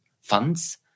funds